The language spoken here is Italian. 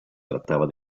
trattava